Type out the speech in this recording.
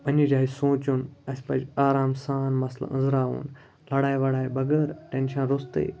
پنٛنہِ جایہِ سونٛچُن اَسہِ پَزِ آرام سان مسلہٕ أنٛزراوُن لَڑاے وَڑاے بغٲر ٹٮ۪نشَن روٚستُے